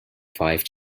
five